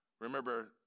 Remember